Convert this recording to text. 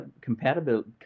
compatibility